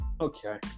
okay